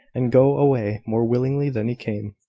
and go away more willingly than he came.